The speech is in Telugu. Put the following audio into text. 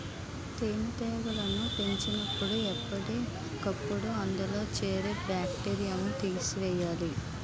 తేనెటీగలను పెంచినపుడు ఎప్పటికప్పుడు అందులో చేరే బాక్టీరియాను తీసియ్యాలి